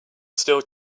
still